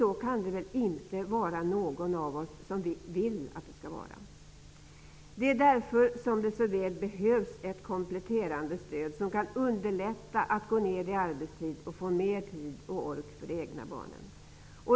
Så, kan det väl inte vara någon av oss som vill att det skall vara. Därför behövs ett kompletterande stöd som kan underlätta för föräldrarna att gå ned i arbetstid för att få mer tid och ork för de egna barnen.